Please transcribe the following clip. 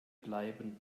bleiben